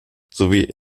sowie